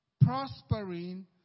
prospering